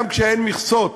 גם כשאין מכסות.